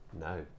No